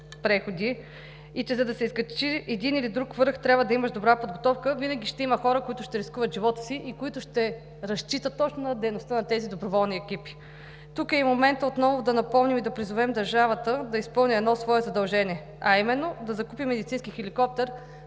и че за да се изкачи един или друг връх, трябва да имаш добра подготовка, винаги ще има хора, които ще рискуват живота си и които ще разчитат точно на дейността на тези доброволни екипи. Тук е и моментът отново да напомним и да призовем държавата да изпълни едно свое задължение, а именно да закупи медицински хеликоптер,